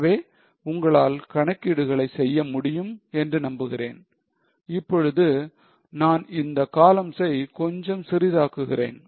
எனவே உங்களால் கணக்கீடுகளை செய்ய முடியும் என்று நம்புகிறேன் இப்பொழுது நான் இந்த column ஐ கொஞ்சம் சிறிதாக்குகிறேன்